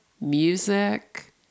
music